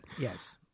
Yes